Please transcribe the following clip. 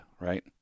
right